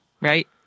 Right